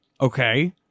okay